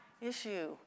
issue